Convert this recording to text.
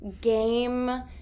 game